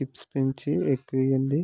chips పెంచి ఎక్కువ ఇవ్వండి